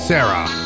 Sarah